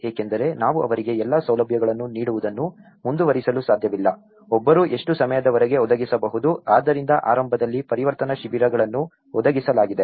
ಏಕೆಂದರೆ ನಾವು ಅವರಿಗೆ ಎಲ್ಲಾ ಸೌಲಭ್ಯಗಳನ್ನು ನೀಡುವುದನ್ನು ಮುಂದುವರಿಸಲು ಸಾಧ್ಯವಿಲ್ಲ ಒಬ್ಬರು ಎಷ್ಟು ಸಮಯದವರೆಗೆ ಒದಗಿಸಬಹುದು ಆದ್ದರಿಂದ ಆರಂಭದಲ್ಲಿ ಪರಿವರ್ತನಾ ಶಿಬಿರಗಳನ್ನು ಒದಗಿಸಲಾಗಿದೆ